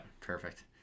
Perfect